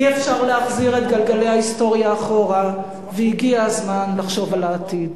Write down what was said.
אי-אפשר להחזיר את גלגלי ההיסטוריה אחורה והגיע הזמן לחשוב על העתיד.